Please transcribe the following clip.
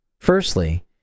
Firstly